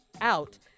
out